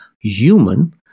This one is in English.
human